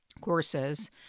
courses